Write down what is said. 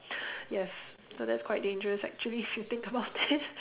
yes so that's quite dangerous actually if you think about it